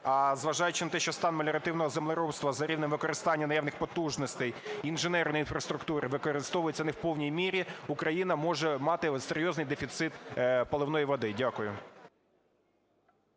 А зважаючи на те, що стан меліоративного землеробства за рівнем використання наявних потужностей інженерної інфраструктури використовується не в повній мірі, Україна може мати серйозний дефіцит поливної води. Дякую.